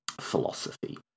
philosophy